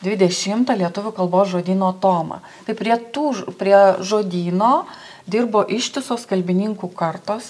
dvidešimtą lietuvių kalbos žodyno tomą tai prie tų prie žodyno dirbo ištisos kalbininkų kartos